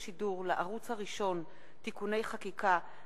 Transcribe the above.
השידור לערוץ הראשון (תיקוני חקיקה),